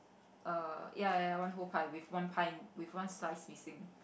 err ya ya one whole pie with one pie with one slice missing